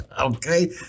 Okay